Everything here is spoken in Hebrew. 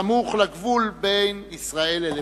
סמוך לגבול בין ישראל ללבנון.